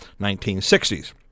1960s